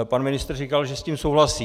Pan ministr říkal, že s tím souhlasí.